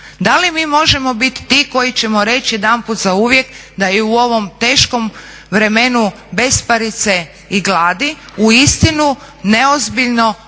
Da li mi možemo biti ti koji ćemo reći jedanput zauvijek da i u ovom teškom vremenu besparice i gladi uistinu neozbiljno